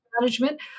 management